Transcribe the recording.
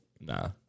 Nah